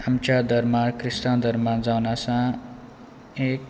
आमच्या धर्माक क्रिस्तांव धर्मान जावन आसा एक